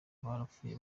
barapfuye